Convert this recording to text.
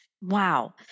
Wow